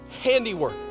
Handiwork